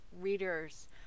readers